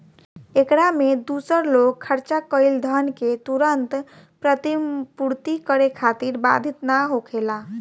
एकरा में दूसर लोग खर्चा कईल धन के तुरंत प्रतिपूर्ति करे खातिर बाधित ना होखेला